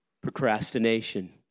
Procrastination